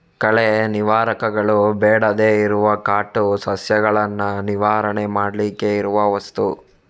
ಕಳೆ ನಿವಾರಕಗಳು ಬೇಡದೇ ಇರುವ ಕಾಟು ಸಸ್ಯಗಳನ್ನ ನಿವಾರಣೆ ಮಾಡ್ಲಿಕ್ಕೆ ಇರುವ ವಸ್ತು